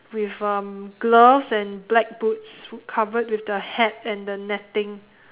with um gloves and black boots covered with the hat and the netting